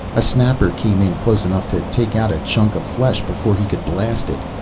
a snapper came in close enough to take out a chunk of flesh before he could blast it.